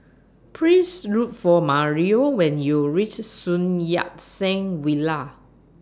Please Look For Mario when YOU REACH Sun Yat Sen Villa